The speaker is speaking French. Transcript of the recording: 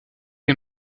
les